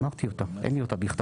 אמרתי אותה, אין לי אותה בכתב.